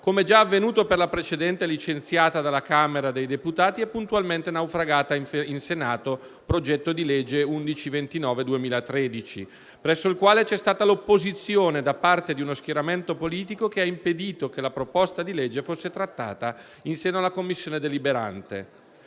come già avvenuto per la precedente, licenziata dalla Camera dei deputati e puntualmente naufragata in Senato (progetto di legge n. 1129 del 2013), presso il quale c'è stata l'opposizione da parte di uno schieramento politico che ha impedito che la proposta di legge fosse trattata in seno alla Commissione deliberante.